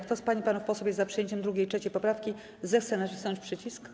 Kto z pań i panów posłów jest za przyjęciem 2. i 3. poprawki, zechce nacisnąć przycisk.